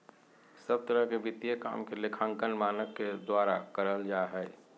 सब तरह के वित्तीय काम के लेखांकन मानक के द्वारा करल जा हय